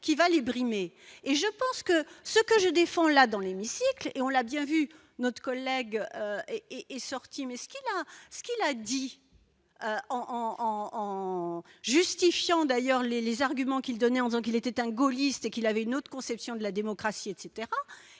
qui valide brimés et je pense que ce que je défends la dans l'hémicycle et on l'a bien vu notre collègue et est sorti mais ce qu'il a ce qu'il a dit en en en en justifiant d'ailleurs les les arguments qu'il donnait en disant qu'il était un gaulliste et qu'il avait une haute conception de la démocratie etc,